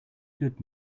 good